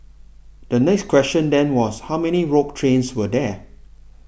the next question then was how many rogue trains were there